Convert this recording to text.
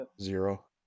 zero